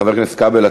חבר הכנסת כבל,